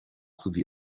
sowie